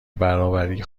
برابری